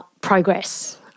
progress